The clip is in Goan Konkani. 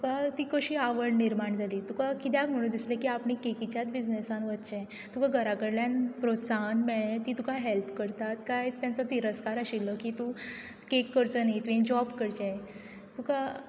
तुका ती कशी आवड निर्माण जाली तुका कित्याक म्हणून दिसलें की आपणें कॅकिच्या बिजनेसान वचचें तुका घरा कडल्यान प्रोत्साहन मेळ्ळें तीं तुका हेल्प करतात काय तांचो तिरस्कार आशिल्लो की तूं कॅक करचो न्ही तुवें जोब करचें तुका